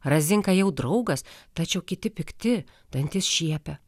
razinka jau draugas tačiau kiti pikti dantis šiepia